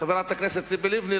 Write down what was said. חברת הכנסת ציפי לבני,